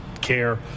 care